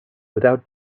without